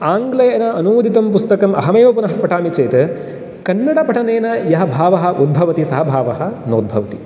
आङ्ग्लेन अनूदितं पुस्तकं अहमेव पुनः पठामि चेत् कन्नडपठनेन यः भावः उद्भवति सः भावः नोद्भवति